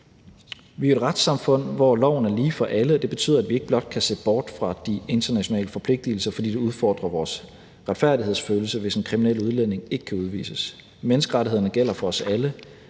Vi er et retssamfund, hvor loven er lige for alle, og det betyder, at vi ikke blot kan se bort fra de internationale forpligtigelser, fordi det udfordrer vores retfærdighedsfølelse, hvis en kriminel udlænding ikke kan udvises. Menneskerettighederne gælder for os alle,